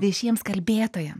viešiems kalbėtojam